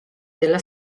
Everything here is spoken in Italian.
della